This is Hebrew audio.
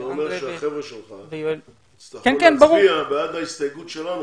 זה אומר שהחבר'ה שלך יצטרכו להצביע בעד ההסתייגות שלנו.